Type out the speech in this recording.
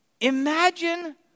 Imagine